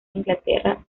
inglaterra